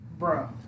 Bro